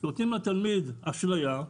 נותנים לתלמיד אשליה,